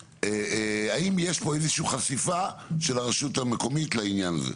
האם יש פה איזושהי חשיפה של הרשות המקומית לעניין הזה.